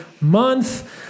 month